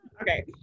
Okay